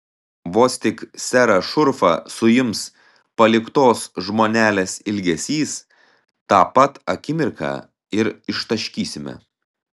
vos tik serą šurfą suims paliktos žmonelės ilgesys tą pat akimirką ir ištaškysime